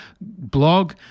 blog